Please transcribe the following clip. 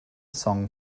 song